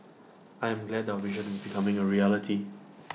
I am glad that our vision is becoming A reality